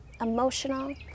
emotional